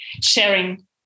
sharing